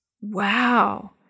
Wow